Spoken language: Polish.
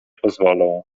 pozwolą